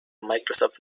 microsoft